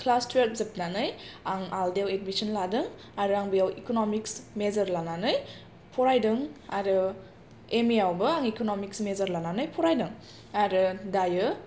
class थुएल्भ जोबनानै आं आलदायाव एडमिशन लादों आरो आं बेयाव इक'न'मिक्स मेजर लानानै फरायदों आरो एम ए आवबो आं इक'न'मिक्स मेजर लानानै फरायदों आरो दायो